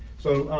so,